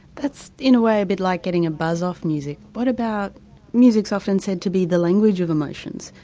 that's in a way a bit like getting a buzz off music. what about music is often said to be the language of emotions,